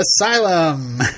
Asylum